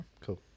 Cool